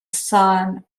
son